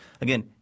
again